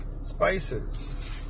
spices